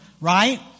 right